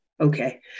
Okay